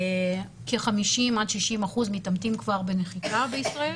כ-50 עד 60 אחוזים מתאמתים כבר בנחיתה בישראל.